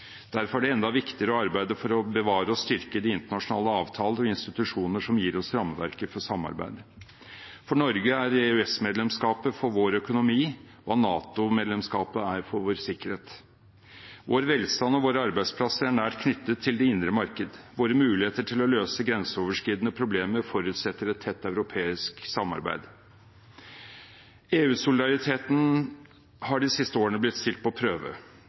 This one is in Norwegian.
Derfor er det enda viktigere å arbeide for å bevare og styrke de internasjonale avtalene og institusjonene som gir oss rammeverket for samarbeid. For Norge er EØS-medlemskapet for vår økonomi hva NATO-medlemskapet er for vår sikkerhet. Vår velstand og våre arbeidsplasser er nær knyttet til det indre marked. Våre muligheter til å løse grenseoverskridende problemer forutsetter et tett europeisk samarbeid. EU-solidariteten har de siste årene blitt satt på prøve.